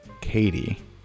Katie